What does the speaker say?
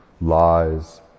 lies